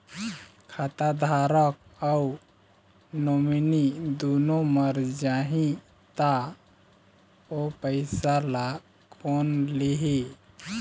खाता धारक अऊ नोमिनि दुनों मर जाही ता ओ पैसा ला कोन लिही?